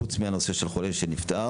חוץ מהנושא של חולה שנפטר,